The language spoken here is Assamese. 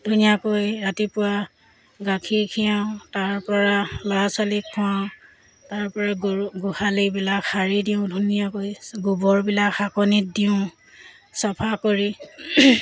ধুনীয়াকৈ ৰাতিপুৱা গাখীৰ খীৰাওঁ তাৰ পৰা ল'ৰা ছোৱালীক খুৱাওঁ তাৰপৰা গৰু গোহালিবিলাক সাৰি দিওঁ ধুনীয়াকৈ গোবৰবিলাক শাকনিত দিওঁ চফা কৰি